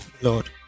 lord